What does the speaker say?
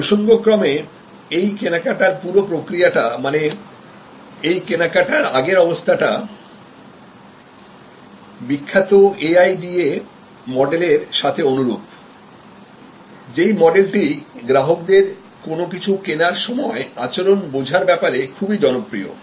প্রসঙ্গক্রমে এই কেনাকাটার পুরো প্রক্রিয়াটা মানে এই কেনাকাটার আগের অবস্থাটা বিখ্যাত এই আই ডি এ মডেলের সাথে অনুরূপযেই মডেলটি গ্রাহকদের কোন কিছু কেনার সময় আচরণ বোঝার ব্যাপারে খুবই জনপ্রিয়